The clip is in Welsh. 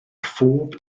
phob